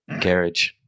Garage